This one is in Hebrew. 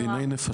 אלה דיני נפשות.